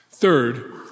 Third